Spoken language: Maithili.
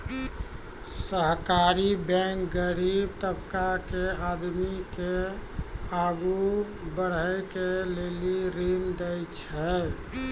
सहकारी बैंक गरीब तबका के आदमी के आगू बढ़ै के लेली ऋण देय छै